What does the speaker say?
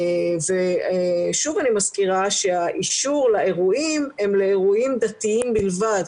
שוב אני מזכירה שהאישור לאירועים הוא לאירועים דתיים בלבד,